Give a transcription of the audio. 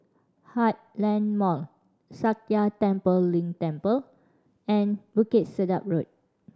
Heartland Mall Sakya Tenphel Ling Temple and Bukit Sedap Road